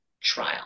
trial